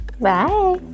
bye